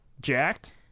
jacked